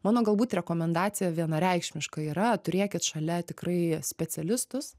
mano galbūt rekomendacija vienareikšmiška yra turėkit šalia tikrai specialistus